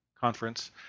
Conference